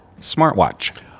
smartwatch